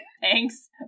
Thanks